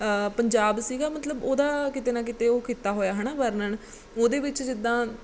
ਪੰਜਾਬ ਸੀਗਾ ਮਤਲਬ ਉਹਦਾ ਕਿਤੇ ਨਾ ਕਿਤੇ ਉਹ ਕੀਤਾ ਹੋਇਆ ਹੈ ਨਾ ਵਰਣਨ ਉਹਦੇ ਵਿੱਚ ਜਿੱਦਾਂ